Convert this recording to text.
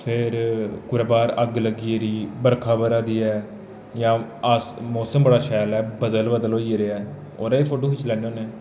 फिर कुतै बाह्र अग्ग लग्गी गेदी बरखा बरै दी ऐ जां आस मौसम बड़ा शैल ऐ बद्दल बद्दल होई गेदे ऐ ओह्दे बी फोटो खिच्ची लैन्ने होन्ने